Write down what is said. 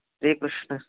ते प्रश्नं